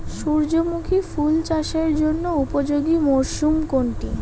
সূর্যমুখী ফুল চাষের জন্য উপযোগী মরসুম কোনটি?